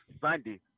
Sunday